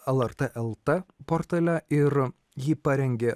lrt el t portale ir jį parengė